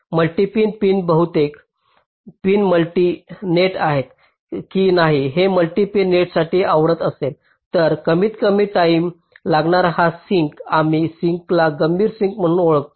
multipin pin बहुतेक pin multi net आहेत की नाही हे मल्टी पिन नेटसाठी आवडत असेल तर कमीतकमी टाईम लागणारा हा सिंक आम्ही सिंकला गंभीर सिंक म्हणून ओळखतो